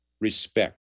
respect